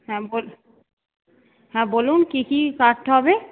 হ্যাঁ বলুন হ্যাঁ বলুন কী কী কাটতে হবে